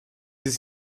sich